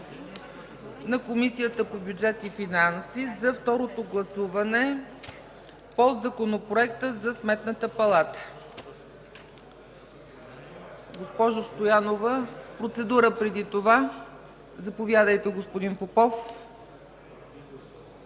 на Комисията по бюджет и финанси за второто гласуване на Законопроекта за Сметната палата. Процедура преди това. Заповядайте, господин Попов.